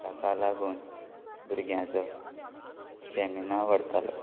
ताका लागून भुरग्यांचो स्टॅमिना वाडतालो